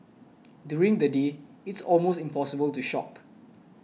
during the day it's almost impossible to shop